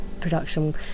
production